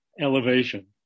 elevation